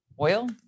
oil